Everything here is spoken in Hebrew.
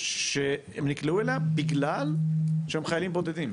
שהם נקלעו אליה בגלל שהם חיילים בודדים,